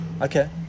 Okay